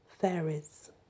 fairies